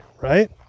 right